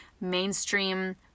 mainstream